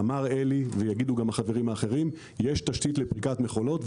אלי אמר וגם יאמרו החברים האחרים יש תשתית לפריקת מכולות,